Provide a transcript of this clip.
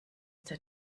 der